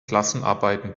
klassenarbeiten